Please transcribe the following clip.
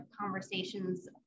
conversations